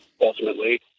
ultimately